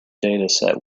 dataset